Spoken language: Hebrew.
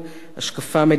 השקפה מדינית,